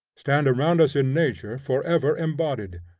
stand around us in nature forever embodied,